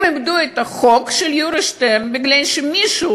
הם איבדו את החוק של יורי שטרן בגלל שמישהו,